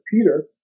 Peter